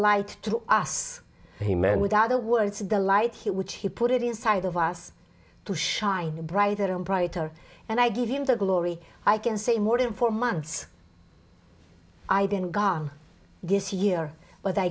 light to us the man without the words and the light which he put it inside of us to shine brighter and brighter and i give him the glory i can say more than four months i've been gone this year